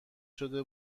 شده